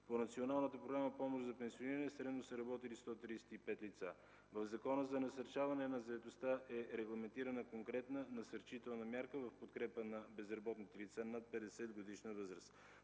По Националната програма „Помощ за пенсиониране” средно са работили 135 лица. В Закона за насърчаване на заетостта е регламентирана конкретна насърчителна мярка в подкрепа на безработните лица над 50-годишна възраст.